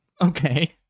Okay